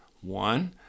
One